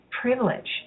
privilege